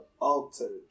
altered